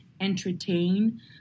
entertain